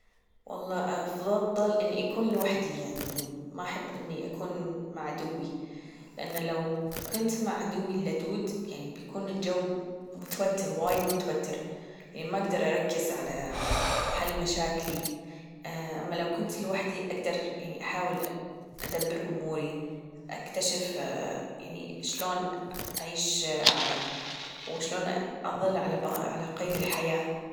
والله أفضل إني أكون لوحدي يعني ما أحب اني أكون مع عدوي لأنه لو كنت مع عدوي اللدود يعني بيكون الجو متوتر وايد متوتر يعني ما أجدر أركز على حل مشاكلي أما لو كنت لوحدي أجدر يعني أحاول أدبر أموري أكتشف يعني شلون أعيش وشلون أظل على على قيد الحياة.